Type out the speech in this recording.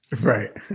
Right